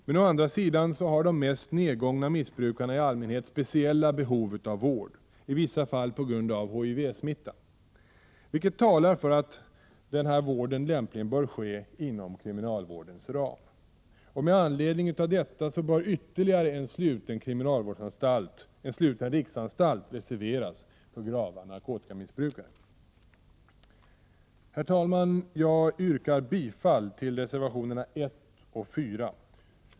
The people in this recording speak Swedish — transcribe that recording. Men å andra sidan har de mest nedgångna missbrukarna i allmänhet speciella behov av vård — i vissa fall på grund av HIV-smitta — vilket talar för att denna vård lämpligen bör ske inom kriminalvårdens ram. Med anledning härav bör ytterligare en sluten riksanstalt reserveras för grava narkotikamissbrukare. Herr talman! Jag yrkar bifall till reservationerna 1 och 4.